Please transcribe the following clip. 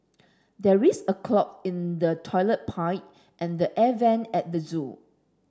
there is a clog in the toilet pipe and the air vent at the zoo